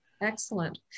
Excellent